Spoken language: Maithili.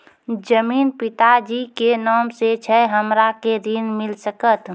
जमीन पिता जी के नाम से छै हमरा के ऋण मिल सकत?